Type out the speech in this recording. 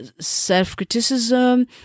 self-criticism